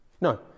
No